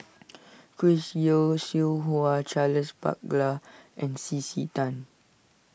Chris Yeo Siew Hua Charles Paglar and C C Tan